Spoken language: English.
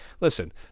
listen